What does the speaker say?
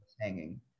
hanging